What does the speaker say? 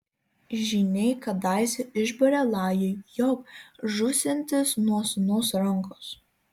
žyniai kadaise išbūrė lajui jog žūsiantis nuo sūnaus rankos